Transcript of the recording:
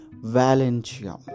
Valencia